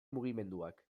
mugimenduak